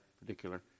particular